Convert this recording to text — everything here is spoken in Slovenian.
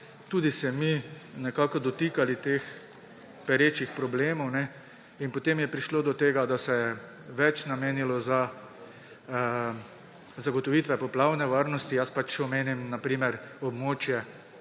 mi tudi nekako dotikali teh perečih problemov. In potem je prišlo do tega, da se je več namenilo za zagotovitve poplavne varnosti. Jaz pač omenim, na primer, območje